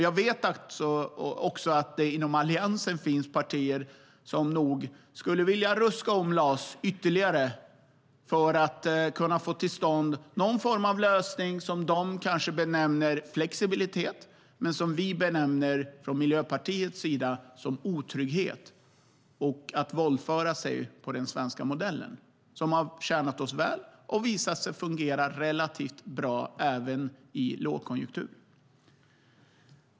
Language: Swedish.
Jag vet också att det inom Alliansen finns partier som nog skulle vilja ruska om LAS ytterligare för att kunna få till stånd någon form av lösning som de kanske benämner flexibilitet, men som vi från Miljöpartiet benämner som otrygghet och ett sätt att våldföra sig på den svenska modellen som har tjänat oss väl och som har visat sig fungera relativt bra även i lågkonjunktur.